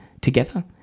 together